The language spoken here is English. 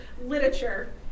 literature